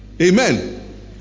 Amen